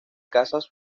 casas